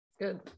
Good